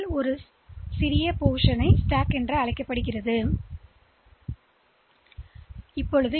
எனவே அதன் ஒரு பகுதியை அடுக்கு என்று வரையறுக்கிறோம்